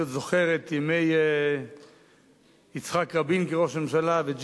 אני עוד זוכר את ימי יצחק רבין כראש ממשלה ואת